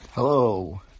Hello